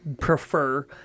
prefer